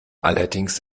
allerdings